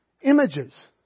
images